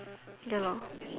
ya lor